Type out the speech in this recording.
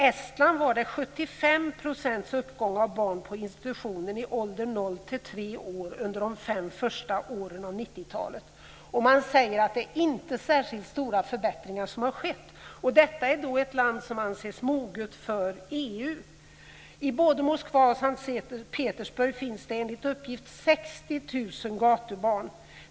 90-talet, och man säger att det inte har skett särskilt stora förbättringar sedan dess. Detta är då ett land som anses moget för EU. I både Moskva och S:t Petersburg finns det enligt uppgift 60 000 gatubarn.